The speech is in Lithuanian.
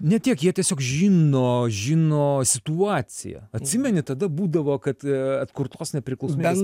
ne tiek jie tiesiog žino žino situaciją atsimeni tada būdavo kad atkurtos nepriklausomybės